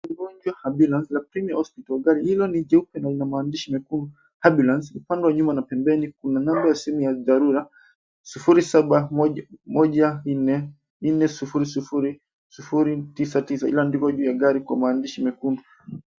Mgonjwa ambulance ya premier hospital . Gari hilo ni jeupe na lina maandishi mekundu ambulance upande wa nyuma na pembeni kuna namba ya simu ya dharura 0714400099 ilioandikwa juu ya gari kwa maandishi mekundu.